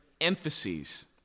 emphases